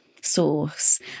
source